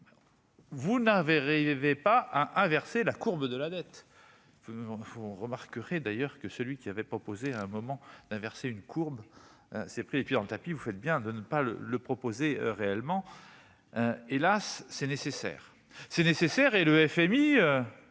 il y avait pas à inverser la courbe de la dette, vous, nous, on ne vous remarquerez d'ailleurs que celui qui avait proposé à un moment d'inverser une courbe s'est pris les pieds dans le tapis, vous faites bien de ne pas le le proposer réellement hélas c'est nécessaire, c'est nécessaire et le FMI